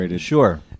Sure